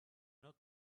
not